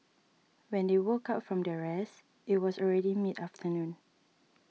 when they woke up from their rest it was already mid afternoon